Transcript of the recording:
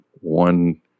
one